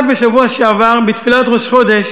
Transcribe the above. רק בשבוע שעבר, בתפילת ראש חודש,